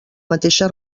mateixa